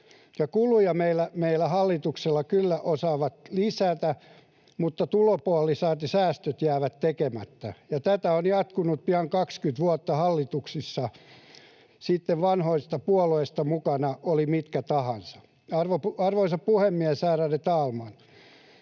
kuluja meillä hallitus kyllä osaa lisätä, mutta tulopuoli, saati säästöt, jää tekemättä, ja tätä on jatkunut pian 20 vuotta hallituksissa, vanhoista puolueista mukana olivat mitkä tahansa. Arvoisa puhemies, ärade talman!